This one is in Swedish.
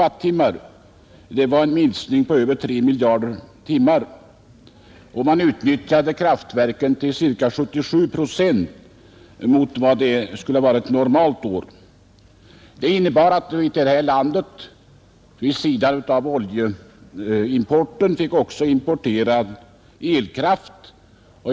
Det innebar en minskning med över 3 miljarder kWh. Kraftverken utnyttjades till ca 77 procent jämfört med ett normalår. Det medförde att vi, förutom olja, fick importera elkraft.